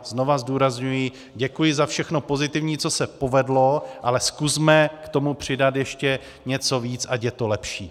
Znova zdůrazňuji, děkuji za všechno pozitivní, co se povedlo, ale zkusme k tomu přidat ještě něco víc, ať je to lepší.